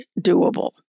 doable